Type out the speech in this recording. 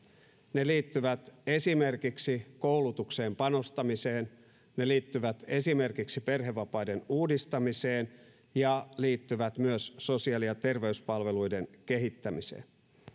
ne liittyvät esimerkiksi koulutukseen panostamiseen ne liittyvät esimerkiksi perhevapaiden uudistamiseen ja liittyvät myös sosiaali ja terveyspalveluiden kehittämiseen